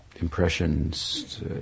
Impressions